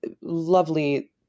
lovely